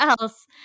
else